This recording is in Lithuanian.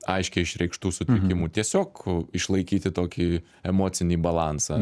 aiškiai išreikštų sutrikimų tiesiog išlaikyti tokį emocinį balansą